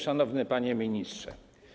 Szanowny Panie Ministrze!